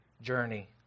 journey